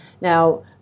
Now